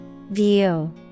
View